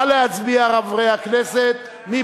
חברי הכנסת, נא להצביע.